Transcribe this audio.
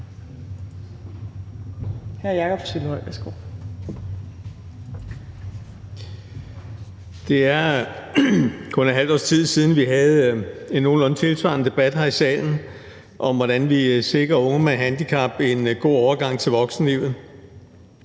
Det er kun et halvt års tid siden, vi havde en nogenlunde tilsvarende debat her i salen om, hvordan vi sikrer unge med handicap en god overgang til voksenlivet.